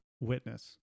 witness